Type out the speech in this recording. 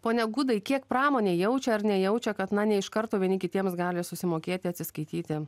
pone gudai kiek pramonė jaučia ar nejaučia kad na ne iš karto vieni kitiems gali susimokėti atsiskaityti